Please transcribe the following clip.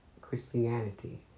Christianity